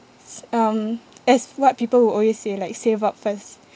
s~ um as what people would always say like save up first